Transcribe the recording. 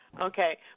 Okay